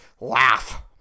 laugh